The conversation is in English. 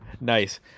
Nice